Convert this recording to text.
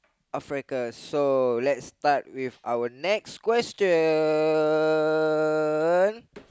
Africa so let's start with our next question